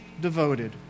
devoted